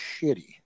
shitty